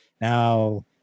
Now